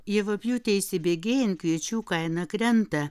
javapjūtei įsibėgėjant kviečių kaina krenta